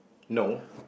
no